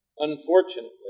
Unfortunately